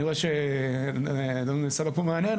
אני רואה שאדון סבג פה מהנהן.